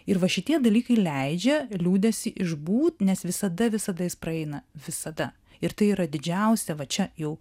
ir va šitie dalykai leidžia liūdesį išbūt nes visada visada jis praeina visada ir tai yra didžiausia va čia jau